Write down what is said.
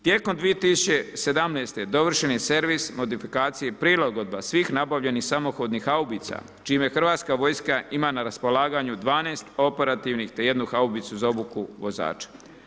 Tijekom 2017. dovršen je servis modifikacije i prilagodba svih nabavljenih samohodnim haubica čime Hrvatska vojska ima na raspolaganju 12 operativnih te jednu haubicu za obuku vozača.